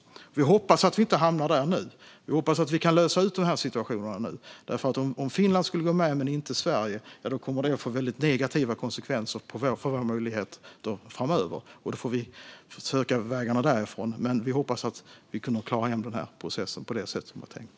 Vi hoppas att vi inte hamnar där nu. Vi hoppas att vi kan lösa situationen, för om Finland skulle gå med men inte Sverige kommer det att få väldigt negativa konsekvenser för våra möjligheter framöver. Då får vi försöka hitta vägarna därifrån, men vi hoppas att vi kommer att klara hem denna process på det sätt som är tänkt.